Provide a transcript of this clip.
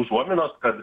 užuominos kad